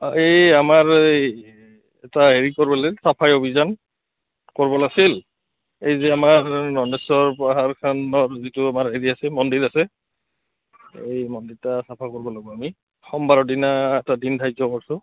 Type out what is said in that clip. অঁ এই আমাৰ এই এটা হেৰি কৰিব লাগে চাফাই অভিযান কৰিব লাগিছিল এই যে আমাৰ যিটো আমাৰ হেৰি আছে মন্দিৰ আছে এই মন্দিৰটো চাফা কৰিব লাগিব আমি সোমবাৰৰ দিনা এটা দিন ধাৰ্য কৰিছোঁ